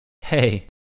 Hey